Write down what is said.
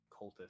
cultist